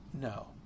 no